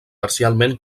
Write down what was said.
parcialment